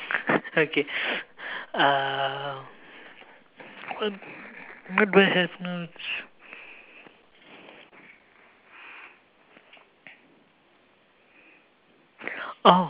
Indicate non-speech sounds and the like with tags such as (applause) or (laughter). (laughs) okay uh